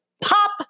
pop